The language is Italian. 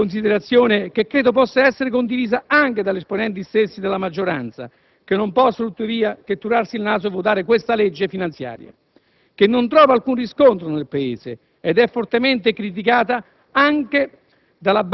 considerazione che credo possa essere condivisa anche dagli esponenti della maggioranza, che non possono tuttavia che «turarsi il naso» e votare questa legge finanziaria, che non trova alcun riscontro nel Paese ed è fortemente criticata anche